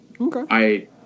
Okay